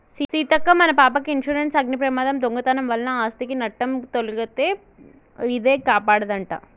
సీతక్క మన పాపకి ఇన్సురెన్సు అగ్ని ప్రమాదం, దొంగతనం వలన ఆస్ధికి నట్టం తొలగితే ఇదే కాపాడదంట